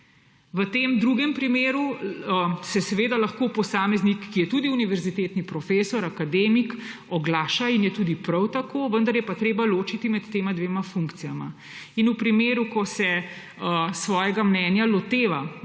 V tem drugem primeru se seveda lahko posameznik, ki je tudi univerzitetni profesor, akademik oglaša – in je tudi prav tako –, vendar je pa treba ločiti med tema dvema funkcijama. V primeru, ko se svojega mnenja loteva